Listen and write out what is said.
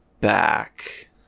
back